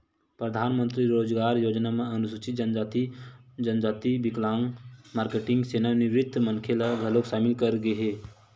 परधानमंतरी रोजगार योजना म अनुसूचित जनजाति, जनजाति, बिकलांग, मारकेटिंग, सेवानिवृत्त मनखे ल घलोक सामिल करे गे हे